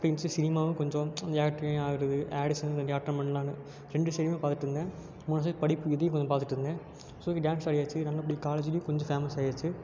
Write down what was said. அப்படின்னு இருந்துச்சு சினிமாவும் கொஞ்சம் ஆக்ட்டிங் ஆகுறது ஆடிஷன் கொஞ்சம் அட்டெண்ட் பண்லான்னு ரெண்டு சைடுமே பாத்துட்டுருந்தேன் இன்னொரு சைட் படிப்பு இதயும் கொஞ்சம் பாத்துட்டுருந்தேன் ஸோ ஓகே டான்ஸ் ஆடியாச்சு நல்லபடி காலேஜுலேயும் கொஞ்சம் ஃபேமஸ் ஆகியாச்சு